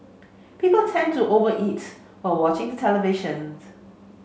people tend to over eat while watching the televisions